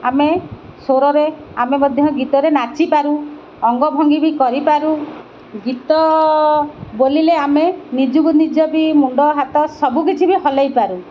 ଆମେ ସ୍ୱରରେ ଆମେ ମଧ୍ୟ ଗୀତରେ ନାଚିପାରୁ ଅଙ୍ଗଭଙ୍ଗି ବି କରିପାରୁ ଗୀତ ବୋଲିଲେ ଆମେ ନିଜକୁ ନିଜ ବି ମୁଣ୍ଡ ହାତ ସବୁକିଛି ବି ହଲାଇପାରୁ